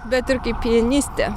bet ir kaip pianistė